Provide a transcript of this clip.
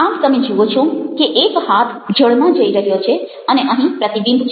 આમ તમે જુઓ છો કે એક હાથ જળમાં જઈ રહ્યો છે અને અહીં પ્રતિબિંબ છે